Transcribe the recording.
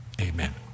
Amen